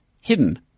hidden